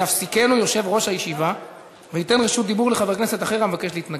יפסיקנו יושב-ראש הישיבה וייתן רשות דיבור לחבר כנסת אחר המבקש להתנגד".